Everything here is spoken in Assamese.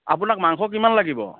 আপোনাক মাংস কিমান লাগিব